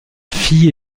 fille